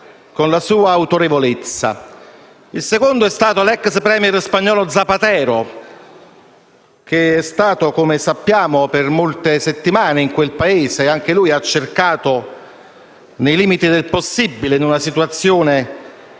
Il secondo è stato l'ex*premier* spagnolo Zapatero, che è stato, come sappiamo, per molte settimane in quel Paese. Anche lui ha cercato, nei limiti del possibile, in una situazione